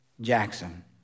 Jackson